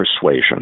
persuasion